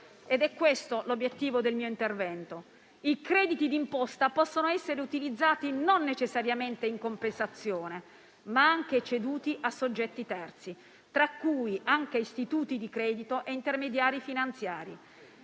questo è l'obiettivo del mio intervento. I crediti d'imposta possono essere utilizzati non necessariamente in compensazione, ma anche ceduti a soggetti terzi, tra i quali anche istituti di credito e intermediari finanziari.